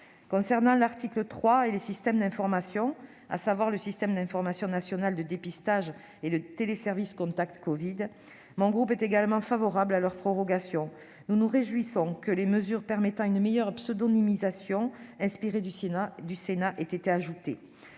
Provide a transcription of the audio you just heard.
Concernant les systèmes d'information de l'article 3, à savoir le système d'information national de dépistage et le téléservice Contact Covid, mon groupe est également favorable à leur prorogation. Nous nous réjouissons que les mesures permettant une meilleure pseudonymisation, inspirées du Sénat, aient été ajoutées.